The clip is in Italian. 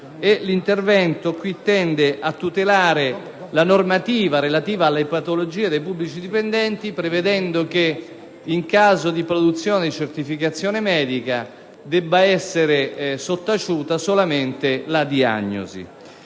L'intervento è volto inoltre a tutelare la riservatezza relativa alle patologie dei pubblici dipendenti, prevedendo che, in caso di produzione di certificazione medica, debba essere sottaciuta solamente la diagnosi.